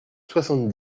soixante